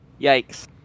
Yikes